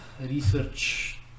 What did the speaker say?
research